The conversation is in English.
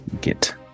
Get